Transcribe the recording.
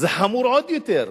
זה חמור עוד יותר.